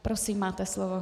Prosím, máte slovo.